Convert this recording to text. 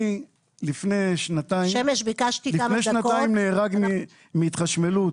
לפני שנתיים נהרג מהתחשמלות